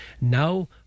Now